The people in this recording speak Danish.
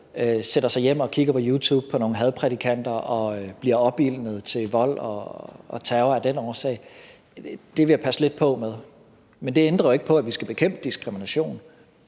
sætter sig hjem og kigger på YouTube på nogle hadprædikanter og bliver opildnet til vold og terror af den årsag, vil jeg passe lidt på med. Det ændrer ikke på, at vi skal bekæmpe diskrimination,